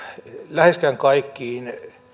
läheskään kaikille